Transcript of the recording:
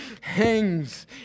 hangs